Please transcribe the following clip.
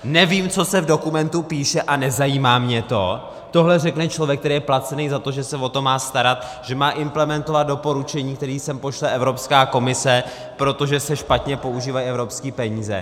, nevím, co se v dokumentu píše, a nezajímá mě to tohle řekne člověk, který je placený za to, že se o to má starat, že má implementovat doporučení, které sem pošle Evropská komise, protože se špatně používají evropské peníze.